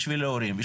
בשביל ההורים.